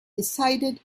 decided